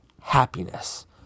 happiness